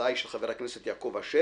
ההצעה היא של חבר הכנסת יעקב אשר.